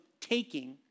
taking